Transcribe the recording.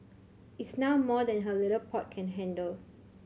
it's now more than her little pot can handle